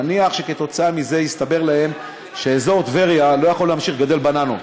נניח שכתוצאה מזה יסתבר להם שאזור טבריה לא יכול להמשיך לגדל בננות.